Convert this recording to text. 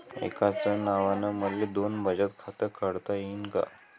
एकाच नावानं मले दोन बचत खातं काढता येईन का?